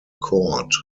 chord